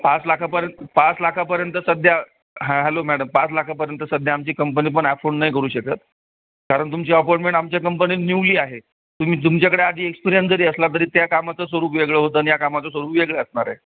पाच लाखापर्यंत पाच लाखापर्यंत सध्या हां हॅलो मॅडम पाच लाखापर्यंत सध्या आमची कंपनी पण ॲफोड नाही करू शकत कारण तुमची अपॉइंटमेट आमच्या कंपनीत न्यूली आहे तुम्ही तुमच्याकडे आधी एक्सपिरियन्स जरी असला तरी त्या कामाचं स्वरूप वेगळं होतं न या कामाचं स्वरूप वेगळं असणारे